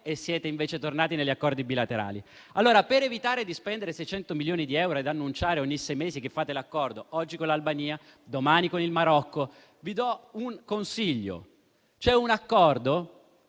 siete invece tornati agli accordi bilaterali. Allora, per evitare di spendere 600 milioni di euro ed annunciare ogni sei mesi che avete fatto un accordo, oggi con l'Albania e domani con il Marocco, vi do un consiglio: c'è un accordo